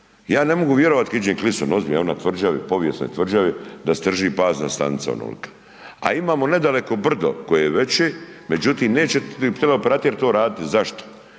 Ja ne mogu vjerovati kad iđem Klisem, ozbiljno ono tvrđavi povijesnoj tvrđavi da strši bazna stanica onolika, a imamo nedaleko brdo koje je veće, međutim neće teleoperater to raditi. Zašto?